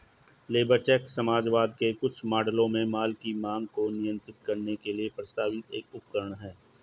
labour check समाजवाद के कुछ मॉडलों में माल की मांग को नियंत्रित करने के लिए प्रस्तावित एक उपकरण है